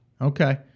okay